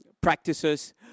practices